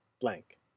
blank